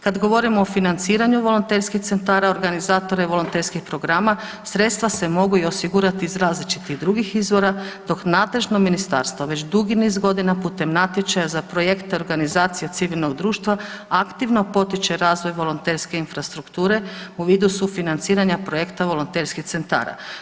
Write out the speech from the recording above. Kad govorimo o financiranju volonterskih centara, organizatore volonterskih programa sredstva se mogu i osigurati iz različitih drugih izvora dok nadležno ministarstvo već dugi niz godina putem natječaja za projekte organizacija civilnog društva aktivno potiče razvoj volonterske infrastrukture u vidu sufinanciranja projekta volonterskih centara.